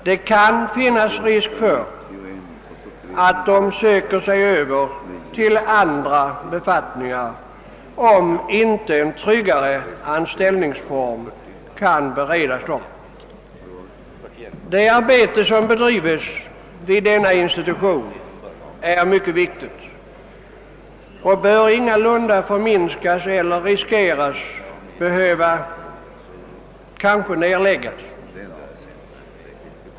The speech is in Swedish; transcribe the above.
Risk finns att de söker sig över till andra befattningar, om inte en tryggare amnställningsform kan beredas dem. Det arbete som bedrives vid radiobiologiska institutionen är mycket viktigt, och det är angeläget att undvika risk för att det kommer att inskränkas eller nedläggas.